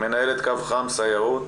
מנהלת קו חם סייעות.